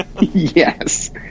Yes